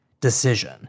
decision